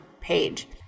page